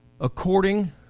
according